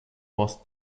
was